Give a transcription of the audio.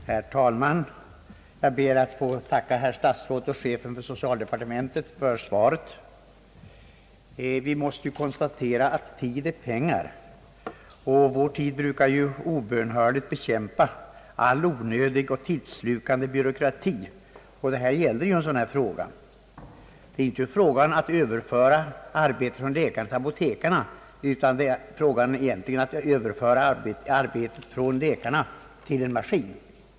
Herr talman! Jag ber att få tacka statsrådet och chefen för socialdepartementet för svaret. Vi måste konstatera att tid är pengar, och vår tid brukar ju obönhörligt bekämpa all onödig och tidsslukande byråkrati. Detta gäller en sådan sak. Det är ju inte fråga om att överföra arbete från läkarna till apotekarna, utan det är egentligen fråga om att överföra arbete från läkarna till en maskin.